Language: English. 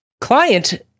client